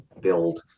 build